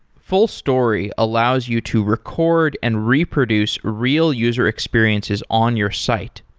fullstory allows you to record and reproduce real user experiences on your site.